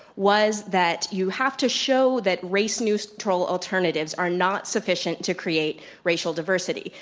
was that you have to show that race neutral alternatives are not sufficient to create racial diversity.